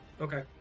okay